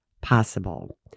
possible